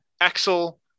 Axel